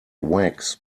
wax